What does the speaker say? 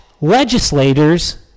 legislators